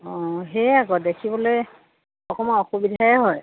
অঁ সেয়াই আকৌ দেখিবলৈ অকণমান অসুবিধাই হয়